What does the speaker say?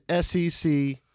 SEC